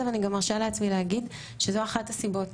ואני גם מרשה לעצמי להגיד שזו אחת הסיבות